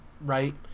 right